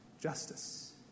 justice